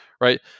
right